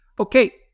Okay